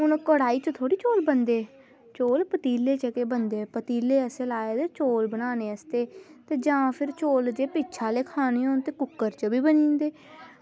हून कढ़ाही च थोह्ड़े चौल बनदे ते चौल पतीले च गै बनदे पतीले असें लाए दे चौल बनाने आस्तै ते जां भी चौल पिच्छ आह्ले खाने होन ते कुकर च बी बनी जंदे